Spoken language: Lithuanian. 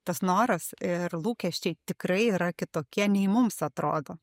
tas noras ir lūkesčiai tikrai yra kitokie nei mums atrodo